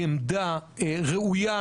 היא עמדה ראויה,